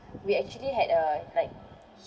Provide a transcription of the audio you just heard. we actually had a like